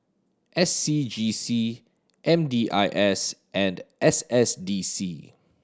S C G C M D I S and S S D C